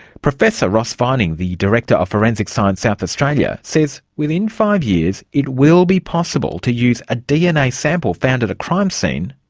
professor ross vining, the director of forensic science south australia, says within five years it will be possible to use a dna sample found at a crime scene,